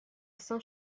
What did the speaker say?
saint